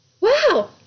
wow